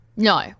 No